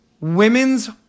Women's